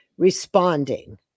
responding